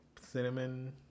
cinnamon